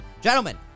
Gentlemen